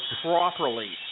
properly